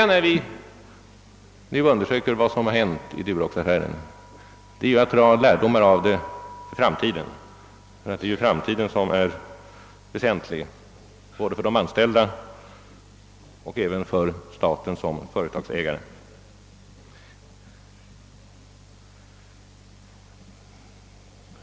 När vi nu undersöker vad som hänt i Duroxaffären är det viktiga att dra lärdom av denna i framtiden, eftersom det är framtiden som är väsentlig både för de anställda och för staten som företagsägare.